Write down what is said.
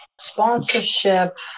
Sponsorship